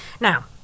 Now